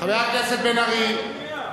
חבר הכנסת בן-ארי,